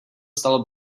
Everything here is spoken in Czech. stalo